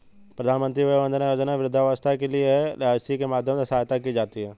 प्रधानमंत्री वय वंदना योजना वृद्धावस्था के लिए है, एल.आई.सी के माध्यम से सहायता की जाती है